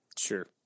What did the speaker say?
Sure